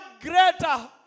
greater